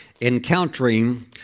encountering